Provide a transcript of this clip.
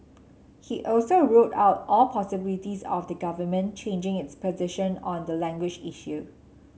he also ruled out all possibilities of the government changing its position on the language issue